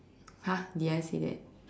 !huh! did I say that